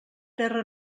terra